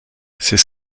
c’est